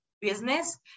business